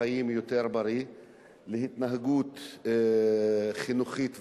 חיים יותר בריא והתנהגות חינוכית ובריאה,